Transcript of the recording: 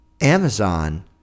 Amazon